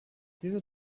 diese